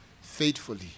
faithfully